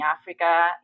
Africa